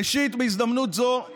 ראשית, בהזדמנות זו אני